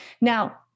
Now